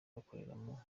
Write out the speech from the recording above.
bakoreramo